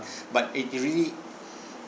but it really